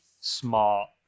smart